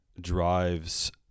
drives